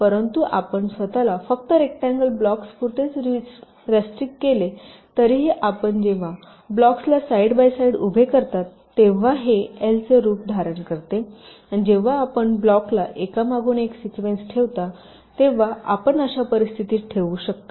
परंतु आपण स्वत ला फक्त रेकटांगल ब्लॉक्सपुरतेच रिस्ट्रिक केले तरीही आपण जेव्हा ब्लॉक्सला साईड बाय साईड उभे करता तेव्हा हे एल चे रूप धारण करते आणि जेव्हा आपण ब्लॉकला एकामागून एक सिक्वेन्स ठेवता तेव्हा आपण अशा परिस्थितीत येऊ शकता